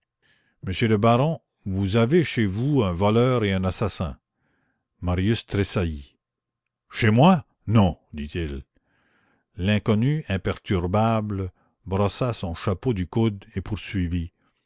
monsieur le baron vous avez chez vous un voleur et un assassin marius tressaillit chez moi non dit-il l'inconnu imperturbable brossa son chapeau du coude et poursuivit